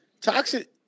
Toxic